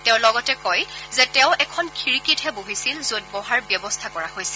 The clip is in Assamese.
তেওঁ লগতে কয় যে তেওঁ এখন খিৰিকীতহে বহিছিল যত বহাৰ ব্যৱস্থা কৰা হৈছিল